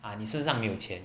啊你身上面前